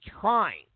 trying